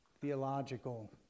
theological